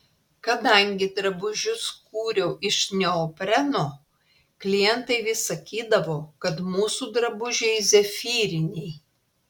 kadangi drabužius kūriau iš neopreno klientai vis sakydavo kad mūsų drabužiai zefyriniai